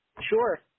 Sure